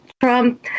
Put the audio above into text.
Trump